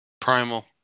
Primal